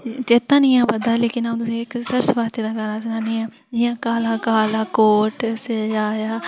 चेत्ता नीं ऐ आवा दा लेकिन अ'ऊं तुसैं गी सर्स भारती दा गाना सुनानिया जि'यां काला काला कोट स्याएआ